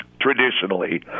traditionally